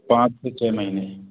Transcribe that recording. पाँच से छः महीने